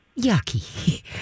yucky